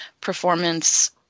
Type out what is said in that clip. performance